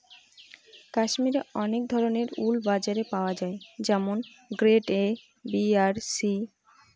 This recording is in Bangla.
কাশ্মিরে অনেক ধরনের উল বাজারে পাওয়া যায় যেমন গ্রেড এ, বি আর সি